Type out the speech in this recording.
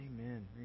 Amen